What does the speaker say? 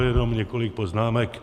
Jenom několik poznámek.